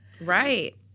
right